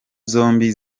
zombi